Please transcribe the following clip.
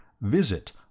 visit